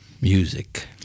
music